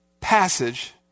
passage